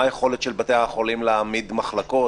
מה היכולת של בתי החולים להעמיד מחלקות?